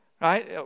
right